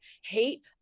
hate